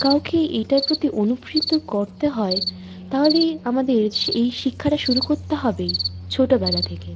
কাউকে এটার প্রতি করতে হয় তাহলে আমাদের এই শিক্ষাটা শুরু করতে হবে ছোটোবেলা থেকে